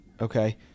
Okay